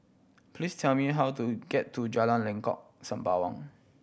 please tell me how to get to Jalan Lengkok Sembawang